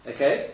Okay